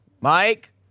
Mike